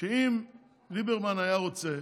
שאם ליברמן היה רוצה,